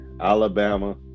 Alabama